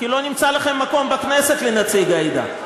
כי לא נמצא לכם מקום בכנסת לנציג העדה.